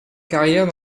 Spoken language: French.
carrière